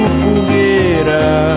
fogueira